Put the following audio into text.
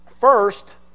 First